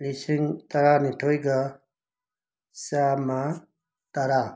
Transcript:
ꯂꯤꯁꯤꯡ ꯇꯔꯥꯅꯤꯊꯣꯏꯒ ꯆꯥꯝꯃ ꯇꯔꯥ